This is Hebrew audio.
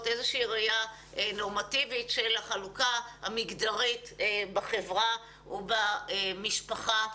איזושהי ראייה נורמטיבית של החלוקה המגדרית בחברה ובמשפחה.